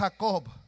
Jacob